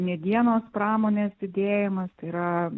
medienos pramonės didėjimas tai yra